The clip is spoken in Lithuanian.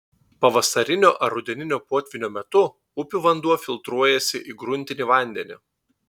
pavasarinio ar rudeninio potvynio metu upių vanduo filtruojasi į gruntinį vandenį